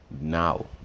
now